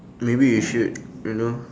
maybe you should you know